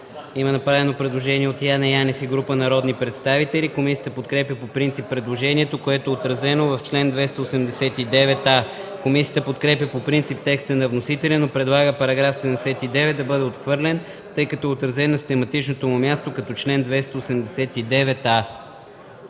има направено предложение от Яне Янев и група народни представители. Комисията подкрепя по принцип предложението, което е отразено в чл. 289а. Комисията подкрепя по принцип текста на вносителя, но предлага § 79 да бъде отхвърлен, тъй като е отразен на систематичното му място като чл. 289а.